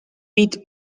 beat